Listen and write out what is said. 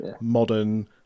modern